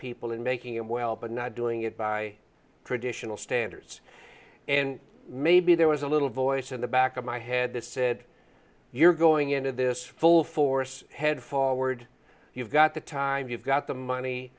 people and making him well but not doing it by traditional standards and maybe there was a little voice in the back of my head that said you're going into this full force head forward you've got the time you've got the money